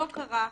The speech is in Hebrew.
לא קרה.